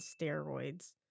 steroids